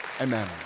Amen